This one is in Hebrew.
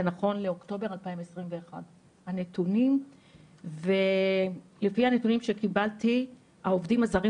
זה נכון לאוקטובר 2021. ולפי הנתונים שקיבלתי העובדים הזרים